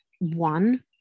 one